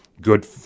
good